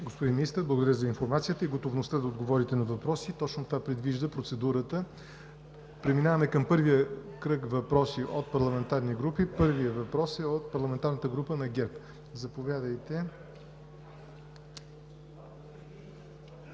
господин Министър, благодаря Ви за информацията и готовността да отговорите на въпросите. Точно това предвижда процедурата. Преминаваме към първия кръг въпроси от парламентарни групи. Първият въпрос е от парламентарната група на ГЕРБ. Заповядайте,